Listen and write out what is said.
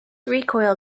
recoil